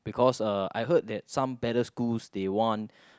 because uh I heard that some better schools they want